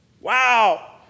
Wow